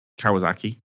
Kawasaki